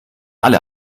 alle